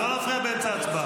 לא להפריע בהצבעה.